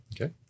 Okay